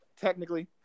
technically